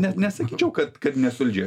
ne nesakyčiau kad kad nesolidžiai